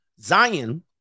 zion